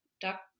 Duck